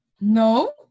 No